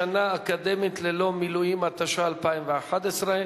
שנה אקדמית ללא מילואים), התשע"א 2011,